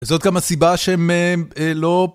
וזאת גם הסיבה שהם לא...